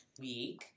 week